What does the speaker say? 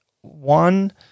one